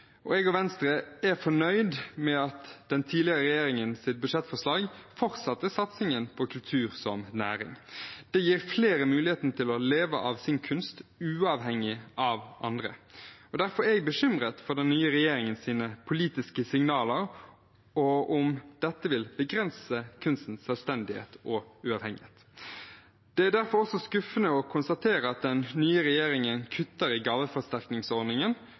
Jeg og Venstre er fornøyd med at den tidligere regjeringens budsjettforslag fortsatte satsingen på kultur som næring. Det gir flere muligheten til å leve av sin kunst uavhengig av andre. Derfor er jeg bekymret for den nye regjeringens politiske signaler og om dette vil begrense kunstens selvstendighet og uavhengighet. Det er derfor også skuffende å konstatere at den nye regjeringen kutter i gaveforsterkningsordningen